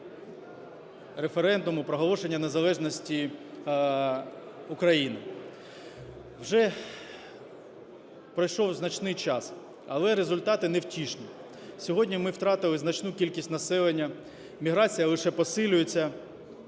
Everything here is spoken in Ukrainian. референдуму проголошення незалежності України. Вже пройшов значний час, але результати невтішні. Сьогодні ми втратили значну кількість населення, міграція лише посилюється.